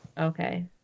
Okay